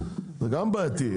זה גם בעייתי.